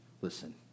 Listen